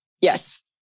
Yes